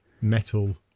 metal